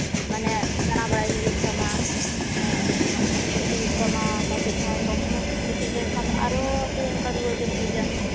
ᱢᱟᱱᱮ ᱫᱟᱬᱟ ᱵᱟᱲᱟᱭ ᱦᱩᱭᱩᱜ ᱛᱟᱢᱟ ᱩᱰᱩᱠᱚᱜ ᱦᱩᱭᱩᱜ ᱛᱟᱢᱟ ᱠᱟᱹᱴᱤᱡ ᱜᱟᱱ ᱥᱚᱵ ᱥᱚᱢᱚᱭ ᱡᱩᱫᱤᱢ ᱜᱤᱛᱤᱡ ᱞᱮᱱᱠᱷᱟᱱ ᱫᱚ ᱟᱨ ᱥᱮᱭ ᱚᱱᱠᱟ ᱨᱩᱣᱟᱹ ᱜᱮᱢ ᱵᱩᱡᱟ